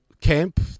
camp